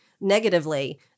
negatively